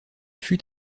fut